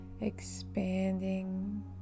expanding